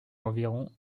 environ